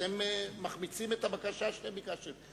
אתם מחמיצים את הבקשה שאתם ביקשתם,